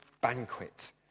banquet